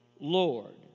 Lord